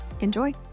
Enjoy